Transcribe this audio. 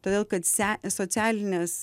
todėl kad se socialinės